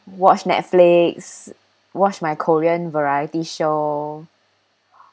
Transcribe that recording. watch Netflix watch my korean variety show